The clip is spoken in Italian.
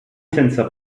senza